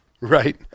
right